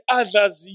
others